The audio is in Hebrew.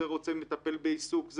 זה רוצה מטפל בעיסוק,